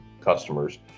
customers